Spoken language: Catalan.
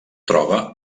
troba